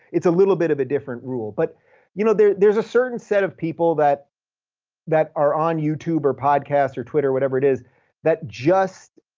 it's a little bit of a different rule. but you know there's there's a certain set of people that that are on youtube or podcast or twitter or whatever it is that just,